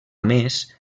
més